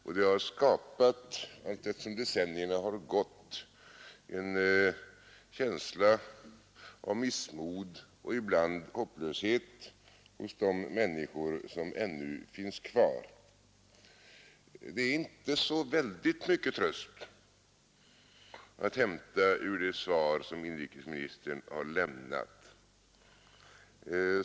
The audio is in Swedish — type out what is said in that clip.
Detta har, allteftersom decennierna har gått, skapat en känsla av missmod och ibland hopplöshet hos de människor som ännu finns kvar. Det är inte särskilt stor tröst att hämta ur det svar som inrikesministern här lämnade.